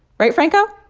right, franco?